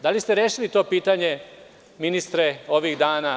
Da li ste rešili to pitanje ministre ovih dana?